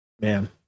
man